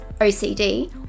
OCD